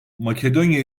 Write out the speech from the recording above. makedonya